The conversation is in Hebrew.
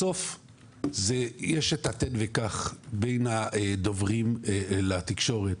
בסוף יש את התן וקח בין הדוברים לתקשורת.